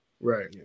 Right